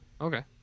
Okay